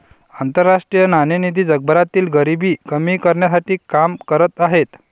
आंतरराष्ट्रीय नाणेनिधी जगभरातील गरिबी कमी करण्यासाठी काम करत आहे